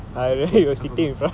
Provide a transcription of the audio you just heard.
or sixteen I forgot